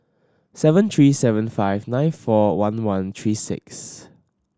seven three seven five nine four one one three six